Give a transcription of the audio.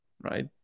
right